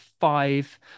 five